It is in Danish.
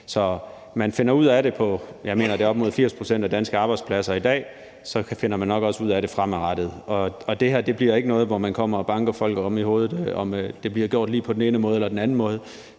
Man finder ud af det på op imod 80 pct., mener jeg det er, af de danske arbejdspladser i dag, og så finder man nok også ud af det fremadrettet. Og det her bliver ikke noget, hvor man kommer og banker folk oven i hovedet, i forhold til om det bliver gjort på den ene eller den anden måde.